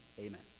Amen